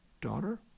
daughter